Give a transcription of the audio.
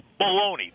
baloney